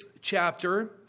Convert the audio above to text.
chapter